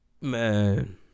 Man